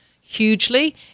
hugely